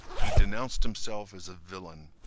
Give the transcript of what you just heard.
he denounced himself as a villain.